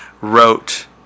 wrote